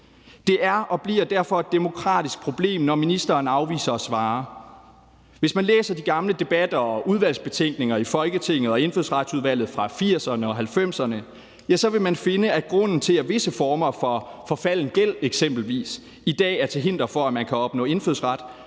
Det er og bliver derfor et demokratisk problem, når ministeren afviser at svare. Kl. 13:09 Hvis man læser de gamle debatter og udvalgsbetænkninger i Folketinget og Indfødsretsudvalget fra 1980'erne og 1990'erne, vil man finde, at grunden til, at eksempelvis visse former for forfalden gæld er til hinder for, at man kan opnå indfødsret,